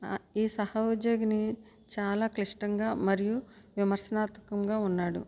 ఈ సహోద్యోగిని చాలా క్లిష్టంగా మరియు విమర్శనాత్మకంగా ఉన్నాడు